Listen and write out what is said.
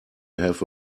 have